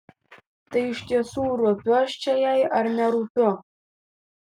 tai iš tiesų rūpiu aš čia jai ar nerūpiu